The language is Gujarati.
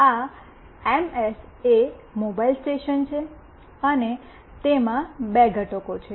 આ એમએસ એ મોબાઇલ સ્ટેશન છે અને તેમાં બે ઘટકો છે